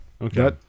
Okay